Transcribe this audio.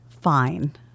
Fine